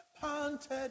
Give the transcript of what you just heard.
panted